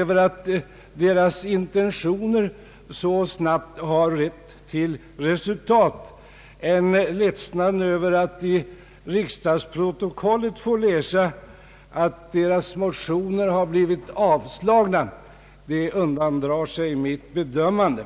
över att deras intentioner så snabbt har lett till resultat varit större än deras ledsnad över att i riksdagsprotokollet få läsa att motionerna blivit avslagna undandrar sig mitt bedömande.